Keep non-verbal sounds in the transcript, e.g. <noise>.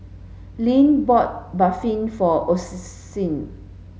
Link bought Barfi for <unintelligible>